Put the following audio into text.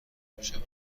میشوند